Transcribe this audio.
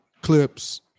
Clips